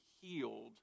healed